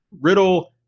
Riddle